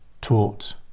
taught